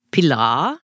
Pilar